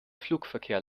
flugverkehr